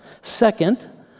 Second